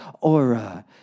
aura